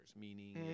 meaning